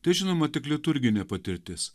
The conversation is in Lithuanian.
tai žinoma tik liturginė patirtis